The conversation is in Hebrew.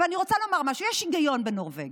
אבל אני רוצה לומר משהו: יש היגיון בנורבגים,